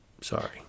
sorry